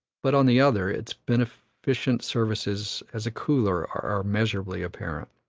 but on the other, its beneficent services as a cooler are measurably apparent.